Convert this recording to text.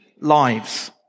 lives